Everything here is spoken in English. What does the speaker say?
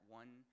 one